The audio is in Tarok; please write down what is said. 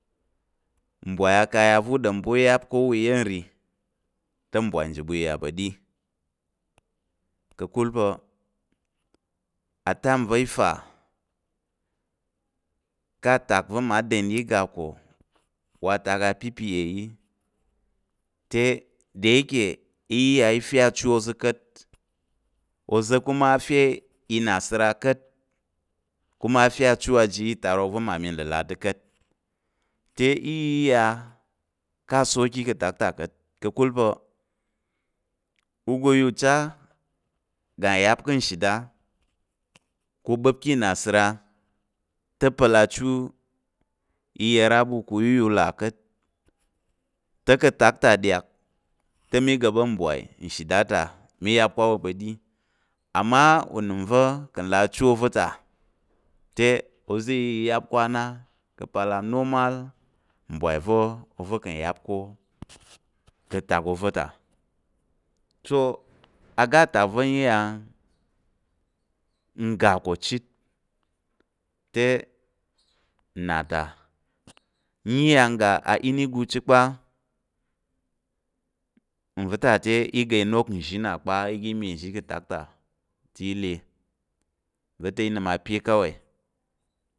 Mbwai kaya ɗom pa̱ u yap ko wa iya̱m nri te mbwai nji ɓu i yà pa̱ ɗi, ka̱kul pa̱ atime va̱. i ɗom pa̱ i fa ká̱ atak va̱ mma da̱n yi i ga ko wa atak apta yi te de iyike i iya i fe. achu oza̱ ka̱t, oza̱ kuma fe inasira ka̱t kuma fe achu aji itarok va̱ mmami ka̱ nləlà te iya i ya ká̱ asauki ka̱ atak ta ka̱t ka̱kul pa̱ uga u ya ucha uga yap ká̱ nshida ka̱ bəp ká̱ inasira te pa̱l achu iyer a ɓu kang u iya u là ka̱t, te ka̱ atak nɗyak te mi ga̱ɓa̱n mbwai nshida mi yap ká̱ á ɓu pa̱ ɗi amma unəm va̱ ka̱ nlà achu ova̱ ta, te oza̱ i yap ká̱ na ka̱ apal. anormal mbwai va̱ oza̱ ka̱ yap ká̱ ka̱ atak ova̱ ta, so oga atak va̱ n iya n ga ko chit, te nna ta, n iya n ga aenugu chit kpa n va̱ ta i ga inok nzhi kpa i ga i me nzhi ka̱ atak i ga le n va̱ ta i nəm ape ka̱wai.